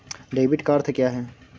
Debit का अर्थ क्या है?